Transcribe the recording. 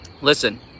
listen